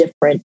different